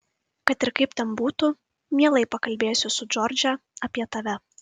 kad ir kaip ten būtų mielai pakalbėsiu su džordže apie tave